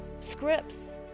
scripts